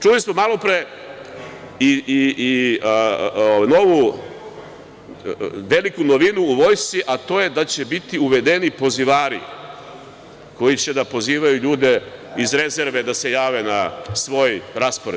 Čuli smo malopre i veliku novinu u vojsci, a to je da će biti uvedeni pozivari koji će da pozivaju ljude iz rezerve da se jave na svoj vojni raspored.